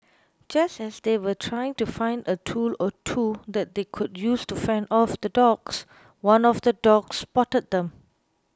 just as they were trying to find a tool or two that they could use to fend off the dogs one of the dogs spotted them